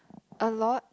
a lot